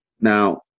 Now